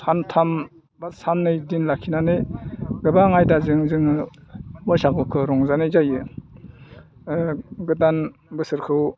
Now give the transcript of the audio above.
सानथाम बा साननै दिन लाखिनानै गोबां आयदाजों जोङो बैसागुखौ रंजानाय जायो गोदान बोसोरखौ